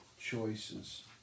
choices